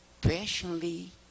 patiently